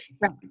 Right